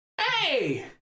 Hey